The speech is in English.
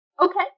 Okay